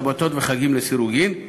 שבתות וחגים לסירוגין,